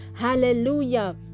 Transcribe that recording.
Hallelujah